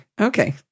okay